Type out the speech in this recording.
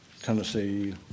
Tennessee